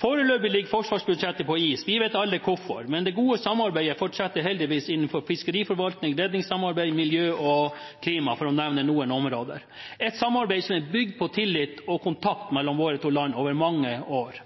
Foreløpig ligger forsvarssamarbeidet på is – vi vet alle hvorfor. Men det gode samarbeidet fortsetter heldigvis innen fiskeriforvaltning, redningssamarbeid, miljø og klima, for å nevne noen områder. Dette er et samarbeid som er bygd på tillit og kontakt mellom våre to land over mange år.